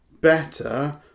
better